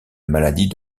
maladie